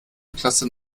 klasse